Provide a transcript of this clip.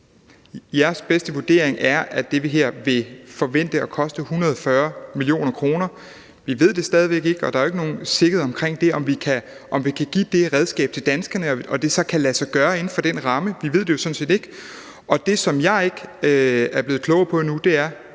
den bedste vurdering er, at det her forventes at ville koste 140 mio. kr. Vi ved det stadig væk ikke, og der er jo ikke nogen sikkerhed for, at vi kan give det redskab til danskerne, og at det så kan lade sig gøre inden for den ramme. Vi ved det sådan set ikke. Det, som jeg ikke er blevet klogere på endnu, er,